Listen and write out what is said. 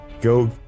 go